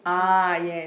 ah yeah